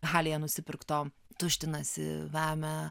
halėje nusipirkto tuštinasi vemia